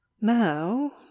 now